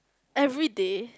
everyday